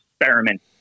Experiment